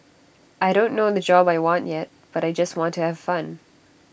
I don't know the job I want yet but I just want to have fun